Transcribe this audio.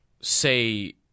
say